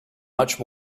much